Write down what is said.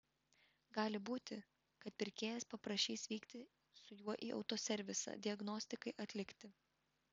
gali būti kad pirkėjas paprašys vykti su juo į autoservisą diagnostikai atlikti